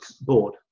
board